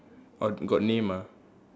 orh got name ah